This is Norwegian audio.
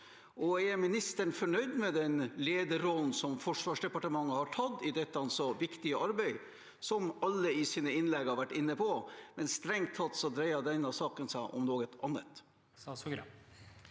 Er ministeren fornøyd med den lederrollen Forsvarsdepartementet har tatt i dette arbeidet som er så viktig – som alle i sine innlegg har vært inne på? Strengt tatt dreier denne saken seg om noe annet.